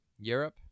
Europe